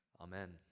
Amen